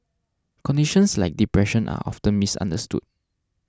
conditions like depression are often misunderstood